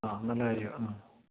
ആ നല്ലകാര്യം ആ